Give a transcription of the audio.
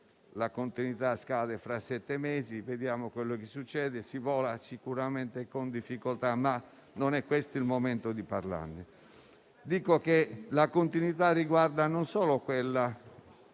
la continuità scade fra sette mesi; vediamo quello che succederà, si vola sicuramente con difficoltà, ma non è questo il momento di parlarne. La continuità non è solo quella